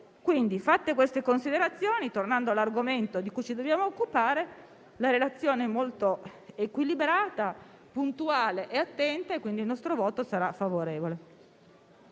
coinvolti. Fatte queste considerazioni, tornando all'argomento di cui ci dobbiamo occupare, la relazione è molto equilibrata, puntuale e attenta, pertanto il voto del Gruppo PD sarà favorevole.